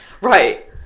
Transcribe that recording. Right